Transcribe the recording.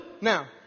Now